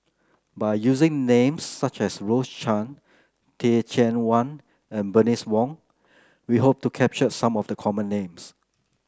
by using names such as Rose Chan Teh Cheang Wan and Bernice Wong we hope to capture some of the common names